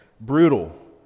brutal